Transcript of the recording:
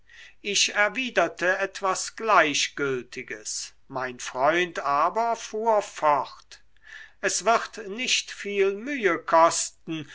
ich erwiderte etwas gleichgültiges mein freund aber fuhr fort es wird nicht viel mühe kosten